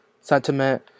sentiment